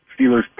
Steelers